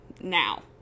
now